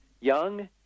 young